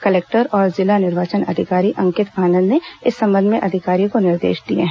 collector और जिला निर्वाचन अधिकारी अंकित आनंद ने इस संबंध में अधिकारियों को निर्देश दिए हैं